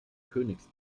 königs